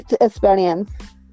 experience